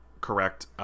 correct